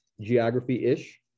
geography-ish